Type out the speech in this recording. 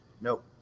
nope